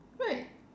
right